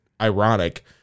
ironic